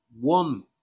one